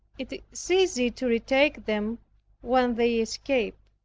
it is easy to retake them when they escape.